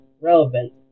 relevant